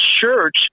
church